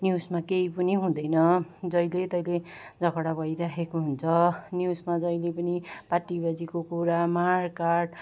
न्युजमा केही पनि हुँदैन जहिले तहिले झगडा भइराखेको हुन्छ न्युजमा जहिले पनि पार्टीबाजीको कुरा मारकाट